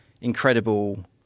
incredible